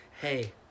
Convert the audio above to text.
Hey